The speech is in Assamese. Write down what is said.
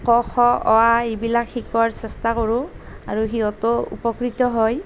ক খ অ আ এইবিলাক শিকোৱাৰ চেষ্টা কৰোঁ আৰু সিহঁতো উপকৃত হয়